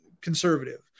conservative